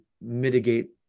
mitigate